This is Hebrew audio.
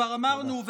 כבר אמרנו לא אחת,